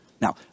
Now